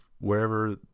wherever